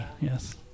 Yes